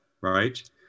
right